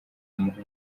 bimuha